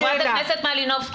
חברת הכנסת מלינובסקי.